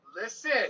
Listen